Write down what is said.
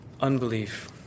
unbelief